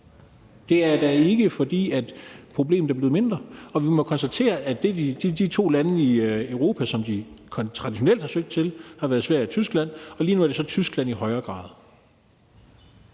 Det er da ikke, fordi problemet er blevet mindre, og vi må konstatere, at de to lande i Europa, som de traditionelt har søgt til, har været Sverige og Tyskland, og at det så lige nu i højere grad